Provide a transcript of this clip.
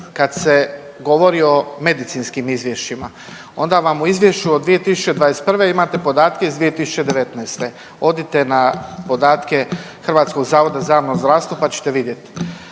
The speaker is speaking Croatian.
kad se govori o medicinskim izvješćima onda vam u izvješću imate podatke iz 2019. Odite na podatke Hrvatskog zavoda za javno zdravstvo pa ćete vidjeti.